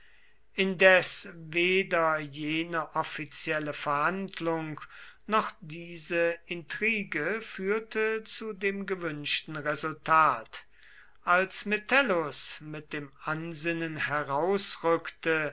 indes weder jene offizielle verhandlung noch diese intrige führte zu dem gewünschten resultat als metellus mit dem ansinnen herausrückte